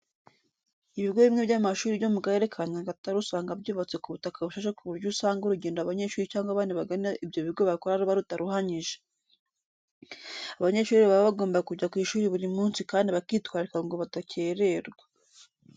Ibigo bimwe by'amashuri byo mu Karere ka Nyagatare usanga byubatse ku butaka bushashe ku buryo usanga urugendo abanyeshuri cyangwa abandi bagana ibyo bigo bakora ruba rutaruhanyije. Abanyeshuri rero baba bagomba kujya ku ishuri buri munsi kandi bakitwararika ngo badakererwa.